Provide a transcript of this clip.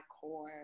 core